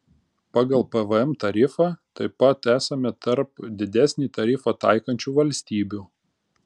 pagal pvm tarifą taip pat esame tarp didesnį tarifą taikančių valstybių